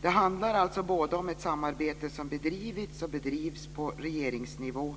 Det handlar alltså både om ett samarbete som bedrivits och bedrivs på regeringsnivå